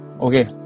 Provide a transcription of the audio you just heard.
okay